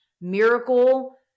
miracle